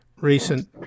recent